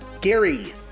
Gary